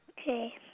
Okay